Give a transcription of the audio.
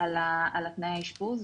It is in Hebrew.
על תנאי האשפוז".